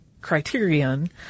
criterion